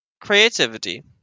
Creativity